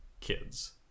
kids